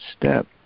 step